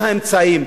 מה האמצעים,